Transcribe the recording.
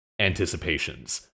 anticipations